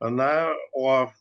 na o